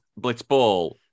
blitzball